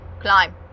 Climb